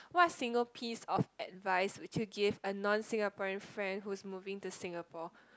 what single piece of advice would you give a non Singaporean friend who is moving to Singapore